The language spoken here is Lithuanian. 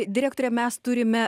direktore mes turime